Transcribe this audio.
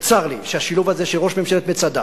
וצר לי שהשילוב הזה של ראש ממשלת מצדה